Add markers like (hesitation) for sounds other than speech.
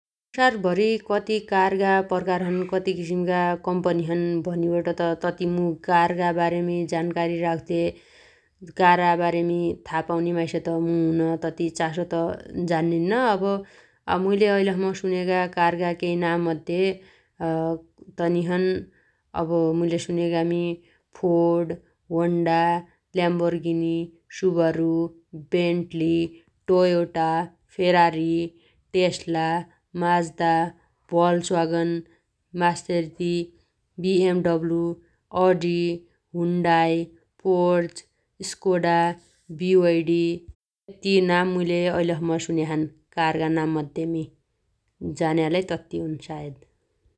संसारभरी कति कारगा प्रकार छन् कति किसिमगा कम्पनी छन् भनिबट त तती मु कारगा बारेमी जानकारी राउथे कारा बारेमी था पाउने माइस त मु हुइन । तति चासो त जान्निन्न । अब मुइले ऐल सम्म सुनेगा कारगा केइ नाम मध्ये (hesitation) तनि छन् । अब मुइले सुन्यामी Ford Honda Lamborghini Subaru Bentley Toyota Ferrari Tesla Mazda Volkswagen Maserati BMW Audi Hyundai Porsche Skoda BYD ति नाम मुइले ऐल सम्म सुन्याछन् कारगा नाम मध्येमी । जान्या लै तत्ती हुन् सायद ।